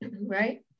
Right